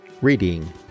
reading